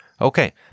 Okay